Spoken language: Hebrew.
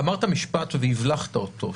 אמרת משפט והבלחת אותו,